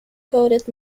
coated